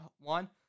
one